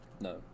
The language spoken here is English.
No